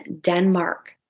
Denmark